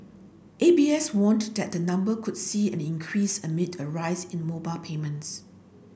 A B S warned that the number could see an increase amid a rise in mobile payments